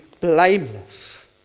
blameless